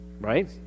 Right